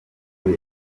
buri